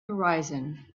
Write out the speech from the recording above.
horizon